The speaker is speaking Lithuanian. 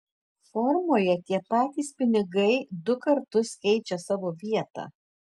formoje tie patys pinigai du kartus keičia savo vietą